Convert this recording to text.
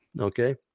Okay